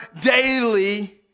daily